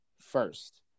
first